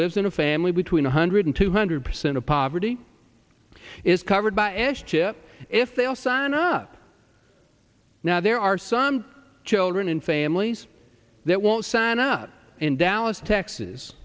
lives in a family between one hundred and two hundred percent of poverty is covered by s chip if they all sign up now there are some children and families that won't sign up in dallas texas